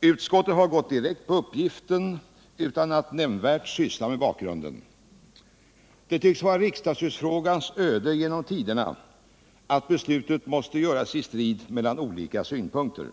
Utskottet har nu gått direkt på uppgiften utan att nämnvärt syssla med bakgrunden. Det tycks vara riksdagshusfrågans öde genom tiderna att beslutet måste fattas i strid mellan olika synpunkter.